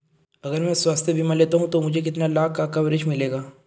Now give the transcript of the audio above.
अगर मैं स्वास्थ्य बीमा लेता हूं तो मुझे कितने लाख का कवरेज मिलेगा?